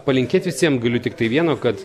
palinkėt visiems galiu tiktai vieno kad